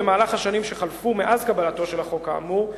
במהלך השנים שחלפו מאז קבלתו של החוק האמור,